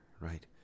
right